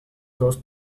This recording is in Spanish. dos